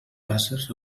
bases